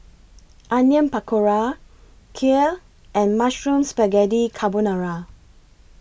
Onion Pakora Kheer and Mushroom Spaghetti Carbonara